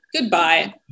goodbye